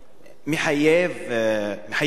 מחייב שקט,